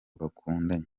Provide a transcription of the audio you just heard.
bakundanye